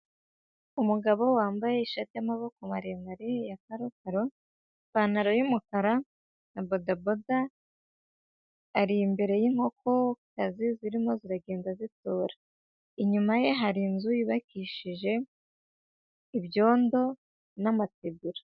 Umugabo wambaye ishati y'amaboko maremare ya karokaro, ipantaro y'umukara na bodaboda, ari imbere y'inkokokazi zirimo ziragenda zitora; inyuma ye hari inzu yubakishije ibyondo n'amategura.